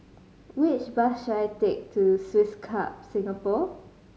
which bus should I take to Swiss Club Singapore